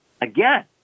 again